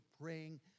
praying